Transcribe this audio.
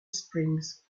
springs